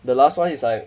the last one is like